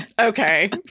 Okay